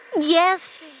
Yes